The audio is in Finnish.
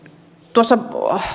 tuossa